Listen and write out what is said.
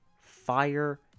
fire